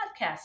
podcast